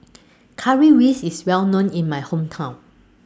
Currywurst IS Well known in My Hometown